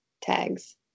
tags